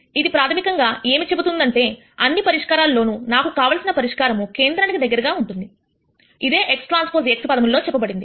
ఇది ప్రాథమికంగా ఏమి చెబుతుందంటే అన్ని పరిష్కారాలు లోనూ నాకు కావలసిన పరిష్కారము కేంద్రానికి దగ్గరగా ఉంటుంది ఇదే xTx పదములలో చెప్పబడింది